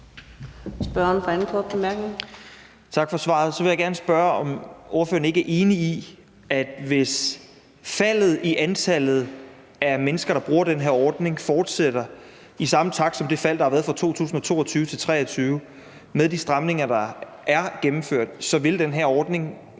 Spørgeren for den anden korte bemærkning.